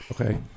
Okay